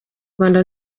rwanda